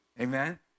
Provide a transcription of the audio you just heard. Amen